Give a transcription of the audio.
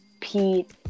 Pete